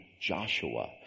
Joshua